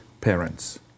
parents